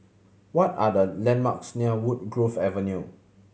what are the landmarks near Woodgrove Avenue